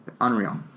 Unreal